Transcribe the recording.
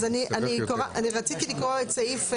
אז אני רציתי להקריא את סעיף,